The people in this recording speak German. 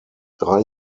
drei